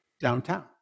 downtown